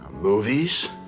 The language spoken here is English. Movies